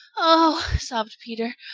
oh, sobbed peter,